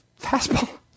fastball